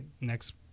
next